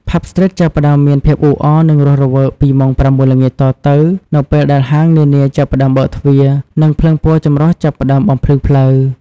ផាប់ ស្ទ្រីត ចាប់ផ្ដើមមានភាពអ៊ូអរ និងរស់រវើកពីម៉ោង ៦ ល្ងាចតទៅ នៅពេលដែលហាងនានាចាប់ផ្ដើមបើកទ្វារ និងភ្លើងពណ៌ចម្រុះចាប់ផ្ដើមបំភ្លឺផ្លូវ។